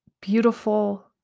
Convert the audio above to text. beautiful